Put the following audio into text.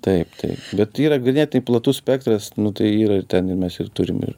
taip taip bet yra ganėtinai platus spektras nu tai yra ir ten mes ir turim ir